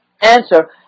answer